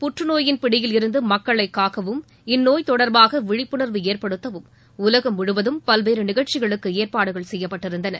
புற்றநோயின் பிடியிலிருந்து மக்களை காக்கவும் இந்நோய் தொடர்பாக விழிப்புனர்வு ஏற்படுத்தவும் உலகம் முழுவதும் பல்வேறு நிகழ்ச்சிகளுக்கு ஏற்பாடுகள் செய்யப்பட்டிருந்தன